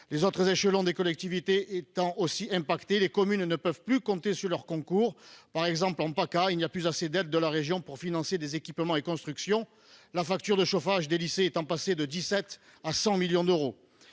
Les autres échelons de collectivités étant aussi touchés, les communes ne peuvent plus compter sur leur concours. Par exemple, en Provence-Alpes-Côte d'Azur, il n'y a plus assez d'aides de la région pour financer des équipements et des constructions, car la facture du chauffage des lycées est passée de 17 millions d'euros